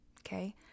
okay